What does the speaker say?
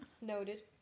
noted